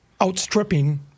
outstripping